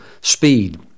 speed